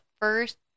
first